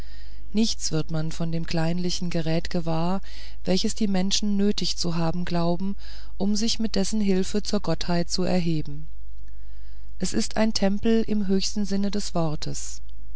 nichts wird man von dem kleinlichen geräte gewahr welches die menschen nötig zu haben glauben um sich mit dessen hilfe zur gottheit zu erheben es ist ein tempel im höchsten sinne des worts